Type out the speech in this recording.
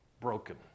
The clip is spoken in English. broken